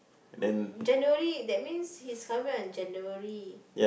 January that means he's coming back on January